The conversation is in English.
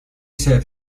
said